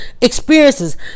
experiences